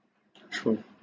true